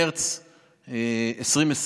לגבי נתב"ג צריך להבין שלא דין מרץ 2020